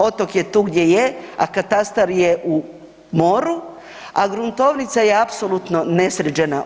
Otok je tu gdje je, a katastar je u moru, a gruntovnica je apsolutno nesređena.